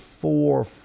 four